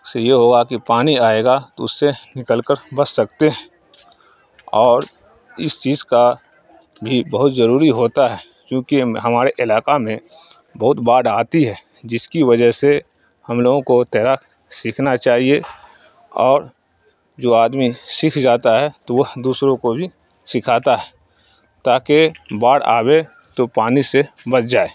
سے یہ ہوگا کہ پانی آئے گا تو اس سے نکل کر بچ سکتے ہیں اور اس چیز کا بھی بہت ضروری ہوتا ہے چونکہ ہمارے علاقہ میں بہت باڑھ آتی ہے جس کی وجہ سے ہم لوگوں کو تیراک سیکھنا چاہیے اور جو آدمی سیکھ جاتا ہے تو وہ دوسروں کو بھی سکھاتا ہے تاکہ باڑھ آئے تو پانی سے بچ جائے